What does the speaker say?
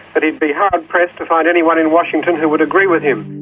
but he'd be hard pressed to find anyone in washington who would agree with him.